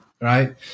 right